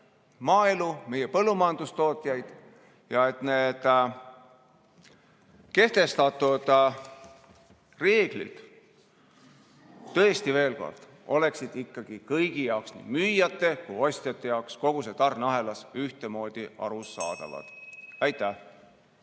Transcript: maaelu, meie põllumajandustootjaid ja et need kehtestatud reeglid, tõesti, veel kord, oleksid ikkagi kõigi jaoks, nii müüjate kui ka ostjate jaoks, kogu sellele tarneahelale ühtemoodi arusaadavad. Aitäh!